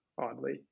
oddly